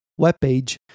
webpage